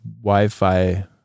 Wi-Fi